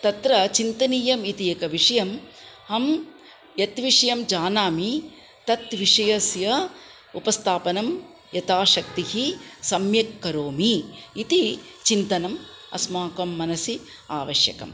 तत्र चिन्तनीयम् इति एकं विषयं अहं यत् विषयं जानामि तत् विषयस्य उपस्थापनं यथाशक्तिः सम्यक् करोमि इति चिन्तनम् अस्माकं मनसि आवश्यकम्